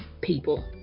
people